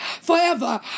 forever